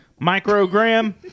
microgram